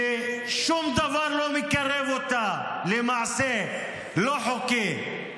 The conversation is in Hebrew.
ששום דבר לא מקרב אותה למעשה לא חוקי,